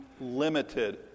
limited